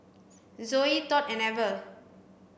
Zoey Todd and Ever